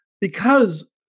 because-